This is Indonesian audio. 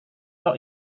kau